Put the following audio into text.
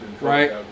right